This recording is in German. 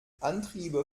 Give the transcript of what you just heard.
antriebe